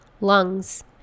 lungs